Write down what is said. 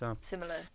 Similar